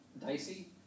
dicey